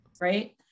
right